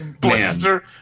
Blister